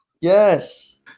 yes